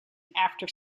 after